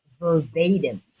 verbatim